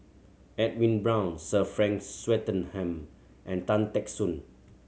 Edwin Brown Sir Frank Swettenham and Tan Teck Soon